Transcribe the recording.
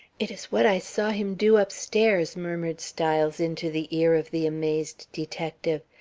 it is what i saw him do upstairs, murmured styles into the ear of the amazed detective.